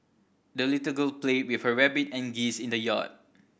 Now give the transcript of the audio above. the little girl played with her rabbit and geese in the yard